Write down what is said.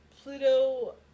Pluto